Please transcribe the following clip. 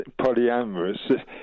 polyamorous